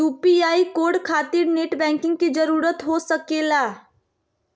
UPI code खातिर net banking की जरूरत हो सके ला?